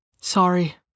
Sorry